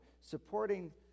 supporting